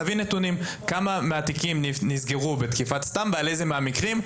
נביא נתונים כמה מהתיקים נסגרו בתקיפת סתם ועל איזה מהמקרים.